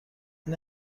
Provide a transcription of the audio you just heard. این